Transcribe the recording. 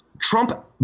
Trump